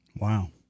Wow